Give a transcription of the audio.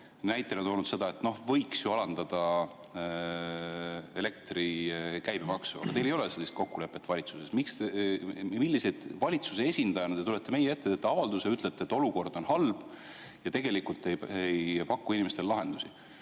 näitena toonud seda, et võiks ju alandada elektri käibemaksu, aga teil ei ole sellist kokkulepet valitsuses. Valitsuse esindajana te tulete meie ette, teete avalduse ja ütlete, et olukord on halb, aga tegelikult ei paku inimestele lahendusi.